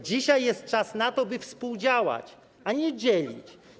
Dzisiaj jest czas na to, by współdziałać, a nie dzielić.